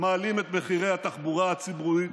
מעלים את מחירי התחבורה הציבורית.